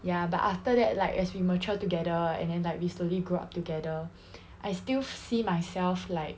ya but after that like as we mature together and then like we slowly grow up together I still see myself like